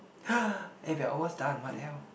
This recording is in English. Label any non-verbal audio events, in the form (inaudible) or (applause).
(noise) eh we are almost done what the hell